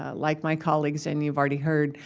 ah like my colleagues, and you've already heard,